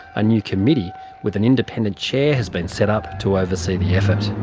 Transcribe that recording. a new committee with an independent chair has been set up to oversee the effort.